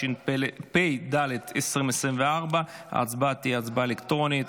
התשפ"ד 2024. ההצבעה תהיה ההצבעה אלקטרונית.